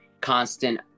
constant